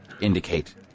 indicate